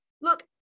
Look